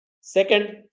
Second